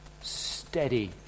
steady